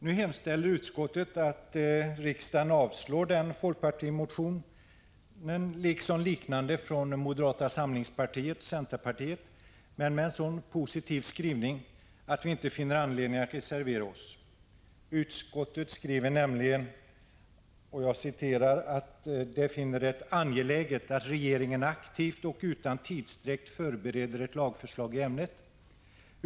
Nu hemställer utskottet att riksdagen avslår den folkpartimotionen liksom liknande motioner från moderata samlingspartiet och centerpartiet men med en så positiv skrivning, att vi inte finner anledning att reservera oss. Utskottet skriver nämligen att det finner det ”angeläget att regeringen aktivt och utan tidsutdräkt förbereder ett lagförslag i ämnet.